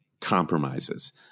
compromises